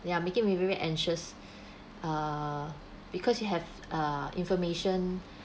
they are making me very anxious ah because you have uh information